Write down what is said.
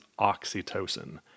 oxytocin